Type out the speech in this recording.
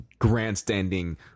grandstanding